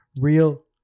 Real